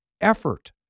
effort